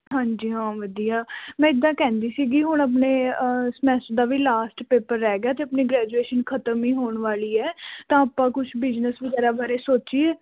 ਹਾਂਜੀ ਹਾਂ ਵਧੀਆ ਮੈਂ ਇੱਦਾਂ ਕਹਿੰਦੀ ਸੀਗੀ ਹੁਣ ਆਪਣੇ ਸਮੈਸਟਰ ਦਾ ਵੀ ਲਾਸਟ ਪੇਪਰ ਰਹਿ ਗਿਆ ਅਤੇ ਆਪਣੀ ਗ੍ਰੈਜੂਏਸ਼ਨ ਖ਼ਤਮ ਹੀ ਹੋਣ ਵਾਲੀ ਹੈ ਤਾਂ ਆਪਾਂ ਕੁਛ ਬਿਜਨਸ ਵਗੈਰਾ ਬਾਰੇ ਸੋਚੀਏ